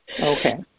Okay